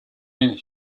been